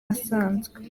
asanzwe